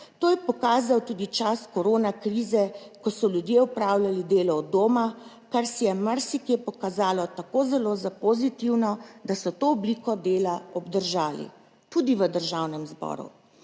To je pokazal tudi čas korona krize, ko so ljudje opravljali delo od doma, kar se je marsikje pokazalo tako zelo za pozitivno, da so to obliko dela obdržali. Tudi v Državnem zboru.